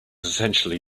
essentially